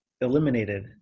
eliminated